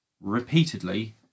repeatedly